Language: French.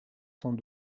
cent